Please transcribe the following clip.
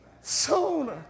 sooner